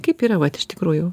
kaip yra vat iš tikrųjų